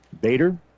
Bader